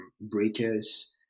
breakers